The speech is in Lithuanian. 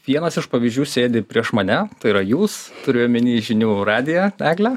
vienas iš pavyzdžių sėdi prieš mane tai yra jūs turiu omeny žinių radiją egle